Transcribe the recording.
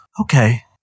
Okay